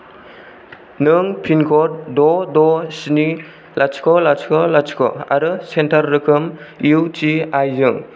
नों पिनक'ड द' द' स्नि लाथिख' लाथिख' लाथिख' आरो सेन्टार रोखोम इउ टि आइ जों